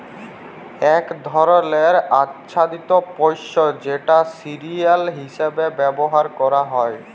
এক ধরলের আচ্ছাদিত শস্য যেটা সিরিয়াল হিসেবে ব্যবহার ক্যরা হ্যয়